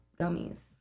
gummies